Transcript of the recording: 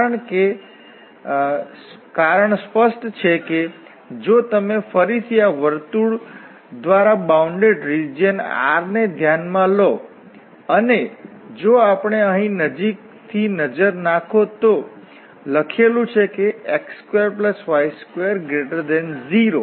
કારણ સ્પષ્ટ છે કે જો તમે ફરીથી આ વર્તુળ દ્વારા બાઉન્ડેડ રીજીયન R ને ધ્યાનમાં લો અને જો આપણે અહીં નજીકથી નજર નાખો તો લખેલું છે કે x2y20